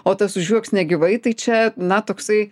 o tas užjuoks negyvai tai čia na toksai